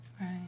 Right